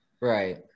right